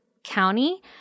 county